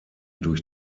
durch